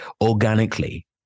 organically